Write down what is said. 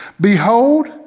behold